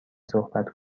صحبت